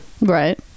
Right